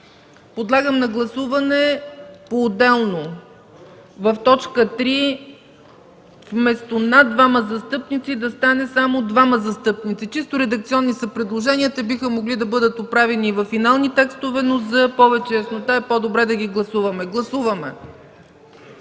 Подлагам на гласуване поотделно – в т. 3 вместо „на двама застъпници” да стане само „двама застъпници”. Чисто редакционни са предложенията. Биха могли да бъдат оправени и във финалните текстове, но за повече яснота е по-добре да ги гласуваме.